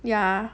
yeah